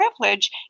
privilege